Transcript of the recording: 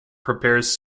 prepares